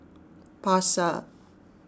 pasar